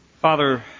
Father